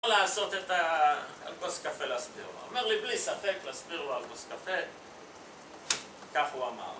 כמו לעשות את הכוס קפה להסביר לו... אמר לי בלי ספק להסביר לו על כוס קפה כך הוא אמר